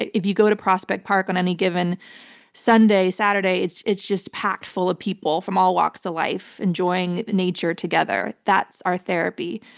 if you go to prospect park on any given sunday, saturday, it's it's just packed full of people from all walks of life enjoying nature together. that's our therapy.